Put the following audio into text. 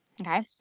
Okay